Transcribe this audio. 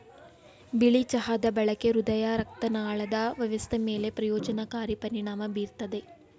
ಬಿಳಿ ಚಹಾದ ಬಳಕೆ ಹೃದಯರಕ್ತನಾಳದ ವ್ಯವಸ್ಥೆ ಮೇಲೆ ಪ್ರಯೋಜನಕಾರಿ ಪರಿಣಾಮ ಬೀರ್ತದೆ